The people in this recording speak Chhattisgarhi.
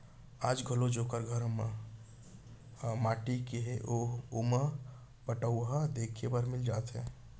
आज घलौ जेकर घर ह माटी के हे ओमा पटउहां देखे बर मिल जाथे